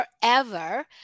forever